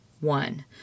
one